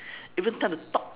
even time to talk